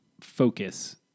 focus